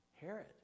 Herod